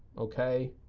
ok.